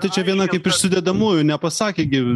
tai čia viena kaip iš sudedamųjų nepasakė gi